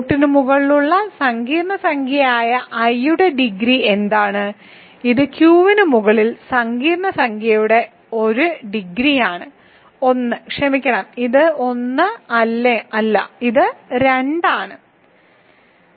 റൂട്ടിന് മുകളിലുള്ള സങ്കീർണ്ണ സംഖ്യയായ i യുടെ ഡിഗ്രി എന്താണ് ഇത് Q ന് മുകളിലുള്ള സങ്കീർണ്ണ സംഖ്യയുടെ 1 ഡിഗ്രിയാണ് 1 ക്ഷമിക്കണം ഇത് 1 അല്ല ഇത് 2 ആണ്